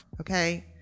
okay